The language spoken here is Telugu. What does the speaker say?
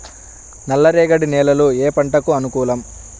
నల్లరేగడి నేలలు ఏ పంటలకు అనుకూలం?